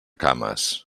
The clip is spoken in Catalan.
cames